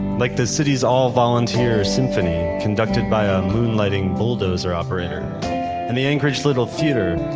like the city's all-volunteer symphony, conducted by ah a moonlighting bulldozer operator and the anchorage little theater,